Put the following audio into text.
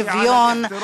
בשוויון,